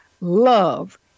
love